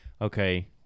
okay